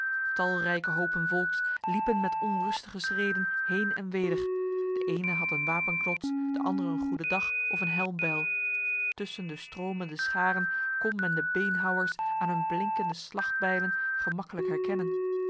talrijke hopen volks liepen met onrustige schreden heen en weder de ene had een wapenknots de andere een goedendag of een helmbijl tussen de stromende scharen kon men de beenhouwers aan hun blinkende slachtbijlen gemakkelijk herkennen